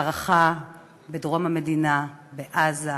מערכה בדרום המדינה, בעזה,